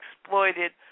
exploited